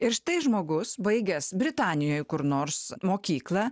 ir štai žmogus baigęs britanijoj kur nors mokyklą